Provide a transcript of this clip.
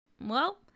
Well-